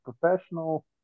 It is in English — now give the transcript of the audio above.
professional